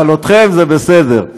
אבל אתכם זה בסדר.